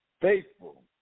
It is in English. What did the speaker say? faithful